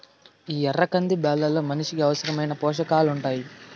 ఈ ఎర్ర కంది బ్యాళ్ళలో మనిషికి అవసరమైన పోషకాలు ఉంటాయి